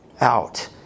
out